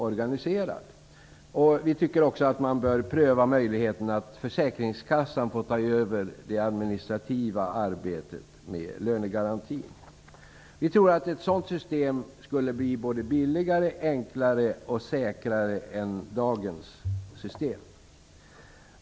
Man bör pröva möjligheten att låta försäkringskassan ta över det administrativa arbetet med lönegarantin. Vi tror att ett sådant system skulle bli både billigare, enklare och säkrare än dagens system.